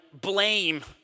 blame